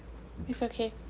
it's okay